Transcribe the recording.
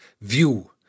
view